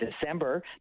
December